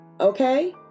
Okay